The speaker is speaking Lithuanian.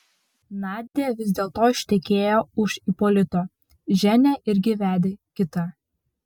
nadia vis dėlto ištekėjo už ipolito ženia irgi vedė kitą